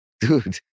dude